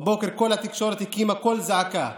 בבוקר כל התקשורת הקימה קול זעקה: